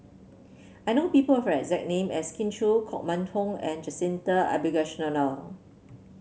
I know people who have the exact name as Kin Chui Koh Mun Hong and Jacintha Abisheganaden